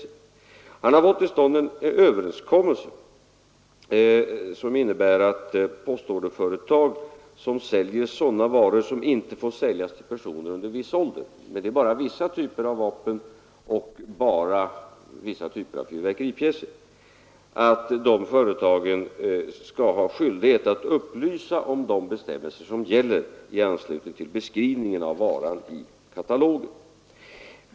Han har fått till stånd en överenskommelse som innebär att postorderföretag som saluför sådana varor som inte får säljas till personer under viss ålder — det är bara vissa typer av vapen och bara vissa typer av fyrverkeripjäser — har skyldighet att i anslutning till beskrivningen av varan i katalogen upplysa om de bestämmelser som gäller.